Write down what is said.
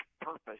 purpose